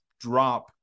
drop